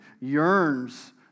yearns